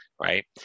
right